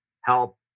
help